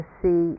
see